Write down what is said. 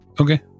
Okay